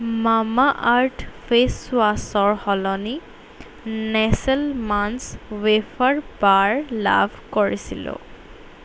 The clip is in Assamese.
মামাআৰ্থ ফেচ ৱাছৰ সলনি নেচ্লে মাঞ্চ ৱেফাৰ বাৰ লাভ কৰিছিলোঁ